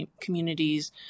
communities